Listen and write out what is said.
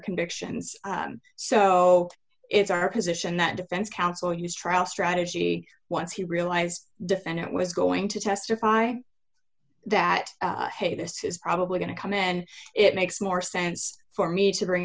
convictions so it's our position that defense counsel used trial strategy once he realized defendant was going to testify that hey this is probably going to come in and it makes more sense for me to bring